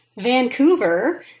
Vancouver